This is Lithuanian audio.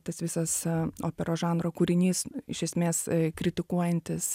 tas visas operos žanro kūrinys iš esmės kritikuojantis